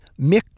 Mick